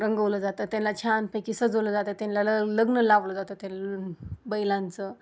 रंगवलं जातं त्यांना छानपैकी सजवलं जातं त्यांना ल लग्न लावलं जातं ते बैलांचं